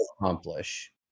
accomplish